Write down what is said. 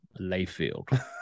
Layfield